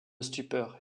stupeur